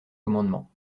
commandements